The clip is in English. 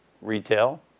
retail